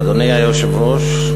אדוני היושב-ראש,